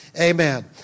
Amen